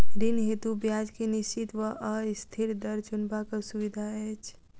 ऋण हेतु ब्याज केँ निश्चित वा अस्थिर दर चुनबाक सुविधा अछि